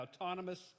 autonomous